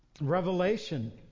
revelation